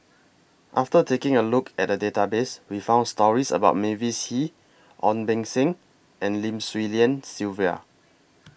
after taking A Look At The Database We found stories about Mavis Hee Ong Beng Seng and Lim Swee Lian Sylvia